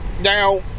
Now